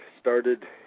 started